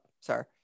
sorry